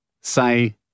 say